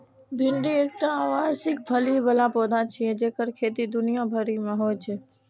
भिंडी एकटा वार्षिक फली बला पौधा छियै जेकर खेती दुनिया भरि मे होइ छै